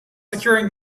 securing